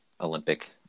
Olympic